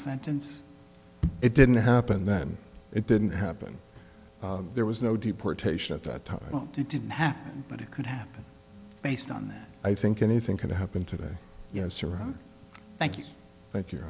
sentence it didn't happen then it didn't happen there was no deportation at the time it didn't happen but it could happen based on that i think anything can happen today you know surround thank you thank you